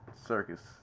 Circus